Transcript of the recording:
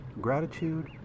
gratitude